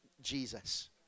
Jesus